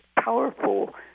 powerful